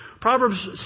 Proverbs